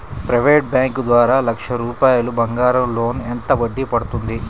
Private bank ద్వారా లక్ష రూపాయలు బంగారం లోన్ ఎంత వడ్డీ పడుతుంది?